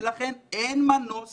ולכן, אין מנוס